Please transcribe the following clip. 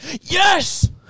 Yes